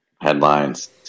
headlines